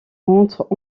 rentrent